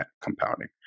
compounding